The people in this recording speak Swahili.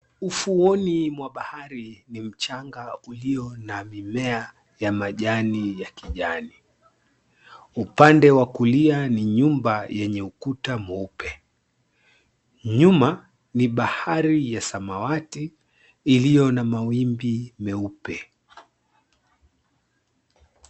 Ufuoni mwa bahari ni mchanga ulio na mimea ya majani ya kijani. Upande wa kulia ni nyumba yenye ukuta mweupe. Nyuma, ni bahari ya samawati, iliyo na mawimbi meupe.